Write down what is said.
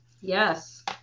Yes